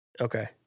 Okay